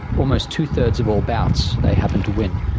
almost two-thirds of all bouts they happen to win.